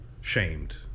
shamed